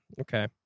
Okay